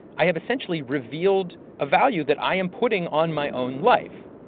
i have essentially revealed a value that i am putting on my own life,